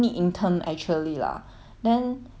they don't need in term actually lah then and not right actually 好像很